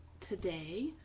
Today